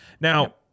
Now